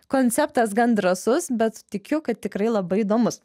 konceptas gan drąsus bet tikiu kad tikrai labai įdomus